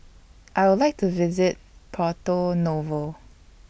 I Would like to visit Porto Novo